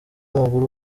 w’amaguru